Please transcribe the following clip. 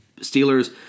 Steelers